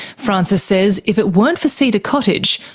francis says if it weren't for cedar cottage,